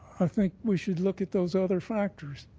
i think we should look at those other factors.